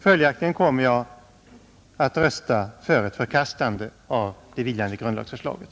Följaktligen kommer jag att rösta för ett förkastande av det vilande grundlagsförslaget.